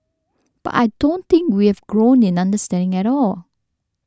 but I don't think we have grown in understanding at all